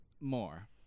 more